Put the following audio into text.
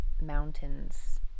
mountains